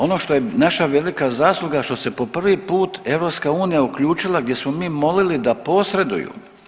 Ono što naša velika zasluga što se po prvi put EU uključila gdje smo mi molili da posreduju.